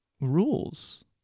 rules